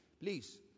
Please